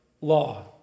law